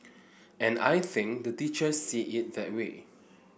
and I think the teachers see it that way